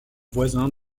voisins